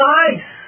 nice